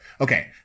Okay